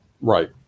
Right